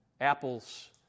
Apples